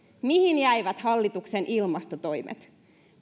mihin jäivät hallituksen ilmastotoimet